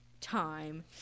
time